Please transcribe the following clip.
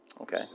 Okay